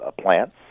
plants